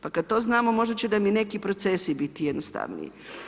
Pa kad to znamo možda će nam i neki procesi biti jednostavniji.